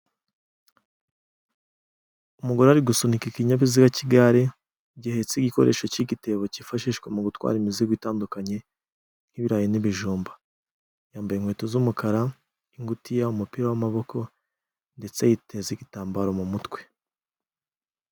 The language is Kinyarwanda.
Umugore ari gusunika ikinyabiziga cy'igare gihetse igikoresho cy'igitebo cyifashishwa mu gutwara imizigo itandukanye nk'ibirayi n'ibijumba, yambaye inkweto z'umukara ingutiya umupira w'amaboko ndetse yiteza igitambaro mu mutwe.